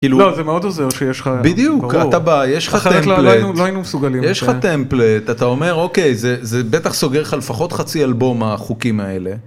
כאילו זה מאוד עוזר שיש לך בדיוק אתה בא יש לך טמפלט, אחרת לא היינו מסוגלים יש לך טמפלט אתה אומר אוקיי זה זה בטח סוגר לך לפחות חצי אלבום החוקים האלה.